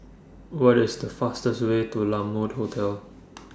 What IS The fastest Way to La Mode Hotel